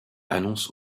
annonce